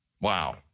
Wow